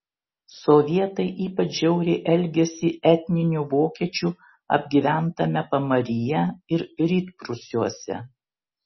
sovietai ypač žiauriai elgėsi etninių vokiečių apgyventame pamaryje ir rytprūsiuose